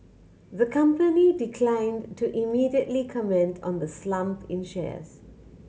the company declined to immediately comment on the slump in shares